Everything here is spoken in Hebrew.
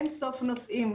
אין סוף נושאים.